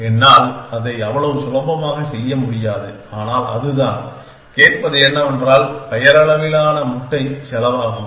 என்னால் அதை அவ்வளவு சுலபமாக செய்ய முடியாது ஆனால் அதுதான் கேட்டது என்னவென்றால் பெயரளவிலான முட்டை செலவாகும்